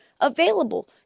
available